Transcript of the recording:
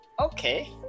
okay